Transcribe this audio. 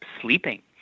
sleeping